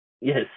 Yes